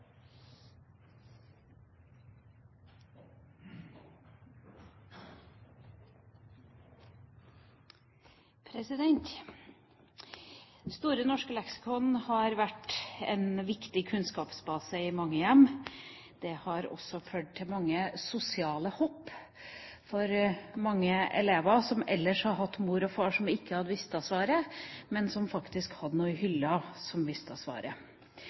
Store norske leksikon har vært en viktig kunnskapsbase i mange hjem. Det har også ført til mange sosiale hopp for mange elever som har hatt mor og far som ikke har visst svaret, men som faktisk hadde noe i hylla som visste svaret.